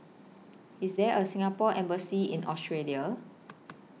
IS There A Singapore Embassy in Australia